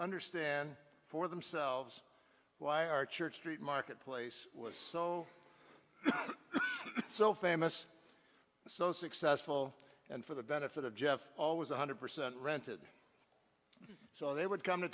understand for themselves why our church st marketplace was so so famous so successful and for the benefit of jeff always one hundred percent rented so they would come to